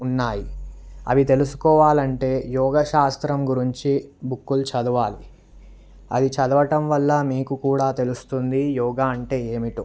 ఉన్నాయి అవి తెలుసుకోవాలంటే యోగశాస్త్రం గురించి బుక్కులు చదవాలి అది చదవడం వల్ల మీకు కూడా తెలుస్తుంది యోగా అంటే ఏమిటో